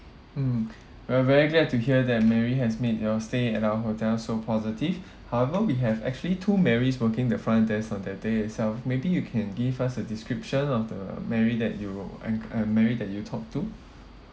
mm we're very glad to hear that mary has made your stay at our hotel so positive however we have actually two mary's working the front desk on that day itself maybe you can give us a description of the mary that you uh uh mary that you talked to